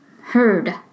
heard